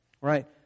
Right